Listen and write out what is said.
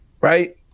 right